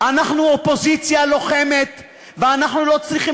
אנחנו אופוזיציה לוחמת ואנחנו לא צריכים